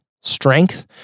strength